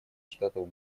штатов